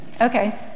Okay